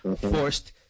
forced